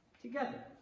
together